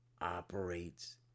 operates